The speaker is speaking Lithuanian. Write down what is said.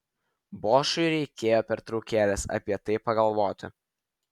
bošui reikėjo pertraukėlės apie tai pagalvoti